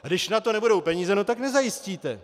A když na to nebudou peníze, tak nezajistíte.